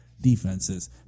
defenses